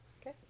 okay